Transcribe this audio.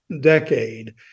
decade